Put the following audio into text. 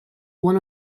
one